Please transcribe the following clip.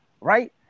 right